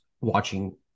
watching